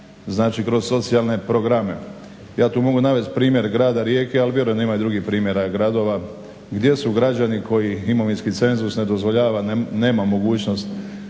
znači kroz socijalne programe. Ja tu mogu navesti primjer grada Rijeke, ali vjerujem da ima i drugih primjera gradova, gdje su građani koji imovinski cenzus ne dozvoljava, nema mogućnost